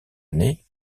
année